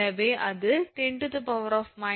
எனவே அது 10−30 𝐾𝑚ℎ𝑟